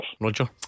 Roger